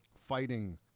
fighting